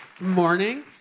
Morning